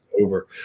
over